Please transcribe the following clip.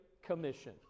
commission